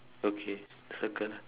okay circle